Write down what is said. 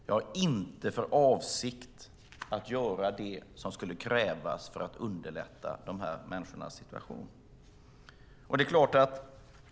Jag har inte för avsikt att göra det som skulle krävas för att underlätta de här människornas situation, menar hon.